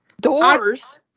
Doors